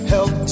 Help